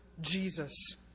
Jesus